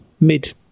mid